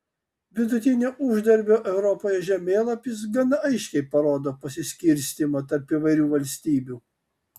vidutinio uždarbio europoje žemėlapis gana aiškiai parodo pasiskirstymą tarp įvairių valstybių